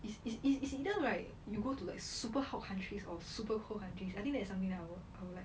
is is is it's just like you go to the super hot countries or super cold countries I think that is something that I would like